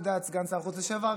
סגן שר החוץ לשעבר,